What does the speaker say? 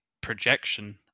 projection